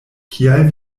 kial